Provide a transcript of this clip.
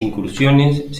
incursiones